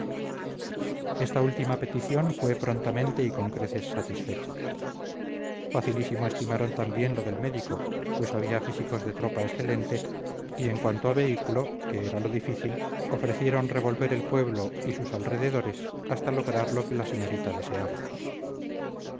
esta última petición fue prontamente y con creces satisfecha facilísimo estimaron también lo del médico pues había físicos de tropa excelentes y en cuanto a vehículo que era lo difícil ofrecieron revolver el pueblo y sus alrededores hasta lograr lo que la señorita deseaba